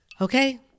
Okay